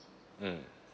mmhmm